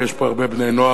ויש פה הרבה בני-נוער: